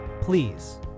please